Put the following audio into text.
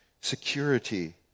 security